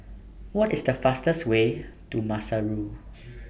What IS The fastest Way to Maseru